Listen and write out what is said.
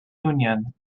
union